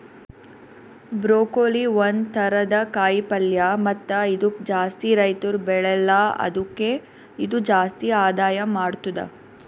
broccoli ಒಂದ್ ಥರದ ಕಾಯಿ ಪಲ್ಯ ಮತ್ತ ಇದುಕ್ ಜಾಸ್ತಿ ರೈತುರ್ ಬೆಳೆಲ್ಲಾ ಆದುಕೆ ಇದು ಜಾಸ್ತಿ ಆದಾಯ ಮಾಡತ್ತುದ